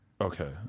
Okay